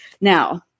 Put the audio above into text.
Now